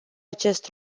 acest